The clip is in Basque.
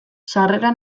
sarrera